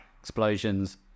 explosions